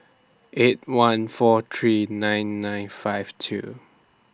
eight one four three nine nine five two